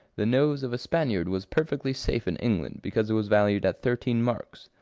the nose of a spaniard was perfectly safe in england, because it was valued at thirteen marks,